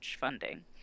funding